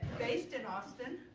based in austin.